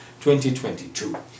2022